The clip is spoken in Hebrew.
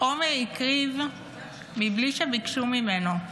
עומר הקריב בלי שביקשו ממנו,